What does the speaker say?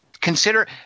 consider